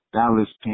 Dallas